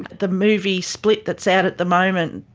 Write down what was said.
the movie split that's out at the moment,